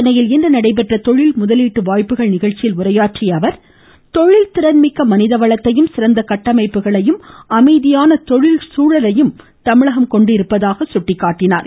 சென்னையில் இன்று நடைபெற்ற தொழில் முதலீட்டு வாய்ப்புகள் நிகழ்ச்சியில் உரையாற்றிய அவர் தொழில் திறன்மிக்க மனிதவளத்தையும் சிறந்த கட்டமைப்புகளையும் அமைதியான தொழில் சூழல்களையும் தமிழகம் கொண்டுள்ளதாக சுட்டிக்காட்டினர்